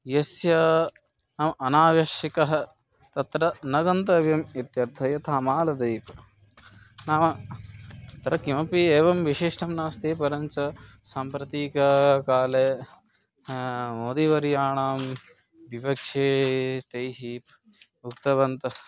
यस्य नाम अनावश्यकः तत्र न गन्तव्यम् इत्यर्थ यथा मालदीप् नाम तत्र किमपि एवं विशिष्टं नास्ति परञ्च साम्प्रतिकाले मोदीवर्याणां विवच्छेतैः उक्तवन्तः